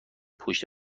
پشت